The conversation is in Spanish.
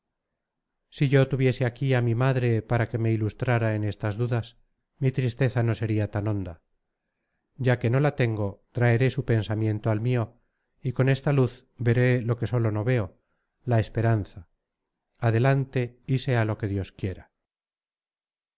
si yo tuviese aquí a mi madre para que me ilustrara en estas dudas mi tristeza no sería tan honda ya que no la tengo traeré su pensamiento al mío y con esta luz veré lo que solo no veo la esperanza adelante y sea lo que dios quiera